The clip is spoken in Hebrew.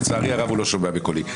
לצערי הרב הוא לא שומע בקולי.